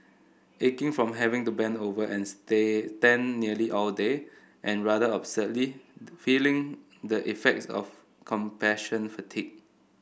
aching from having to bend over and stay den nearly all day and rather absurdly feeling the effects of compassion fatigue